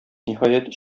ниһаять